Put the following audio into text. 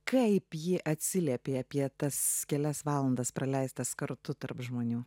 kaip ji atsiliepė apie tas kelias valandas praleistas kartu tarp žmonių